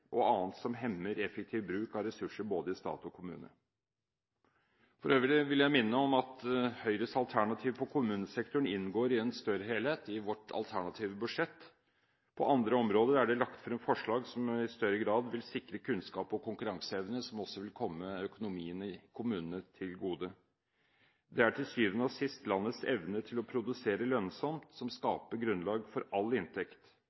og annet som hemmer effektiv bruk av ressurser både i stat og i kommune? For øvrig vil jeg minne om at Høyres alternativ innenfor kommunesektoren inngår i en større helhet i vårt alternative budsjett. På andre områder er det lagt frem forslag som i større grad vil sikre kunnskap og konkurranseevne som også vil komme økonomien i kommunene til gode. Det er til syvende og sist landets evne til å produsere lønnsomt som skaper grunnlag for all inntekt,